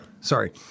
sorry